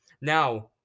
Now